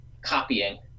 copying